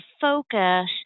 focus